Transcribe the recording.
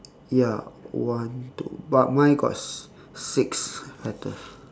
ya one two but mine got s~ six petals